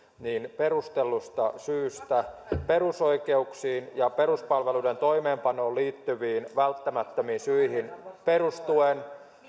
on perustellusta syystä perusoikeuksiin ja peruspalveluiden toimeenpanoon liittyviin välttämättömiin syihin perustuen